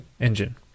engine